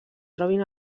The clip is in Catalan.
trobin